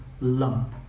lump